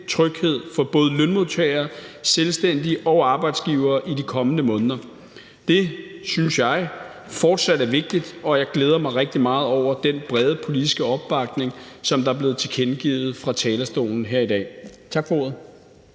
tryghed for både lønmodtagere, selvstændige og arbejdsgivere i de kommende måneder. Det synes jeg fortsat er vigtigt, og jeg glæder mig rigtig meget over den brede politiske opbakning, som der er blevet tilkendegivet fra talerstolen her i dag. Tak for ordet.